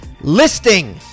listing